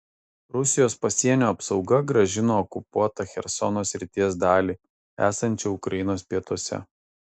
rusijos pasienio apsauga grąžino okupuotą chersono srities dalį esančią ukrainos pietuose